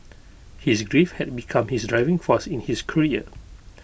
his grief had become his driving force in his career